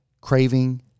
craving